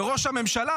וראש הממשלה,